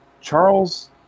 Charles